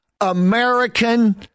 American